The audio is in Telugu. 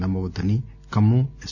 నమ్మవద్దని ఖమ్మం ఎస్